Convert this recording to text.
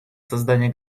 создание